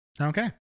Okay